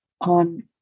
on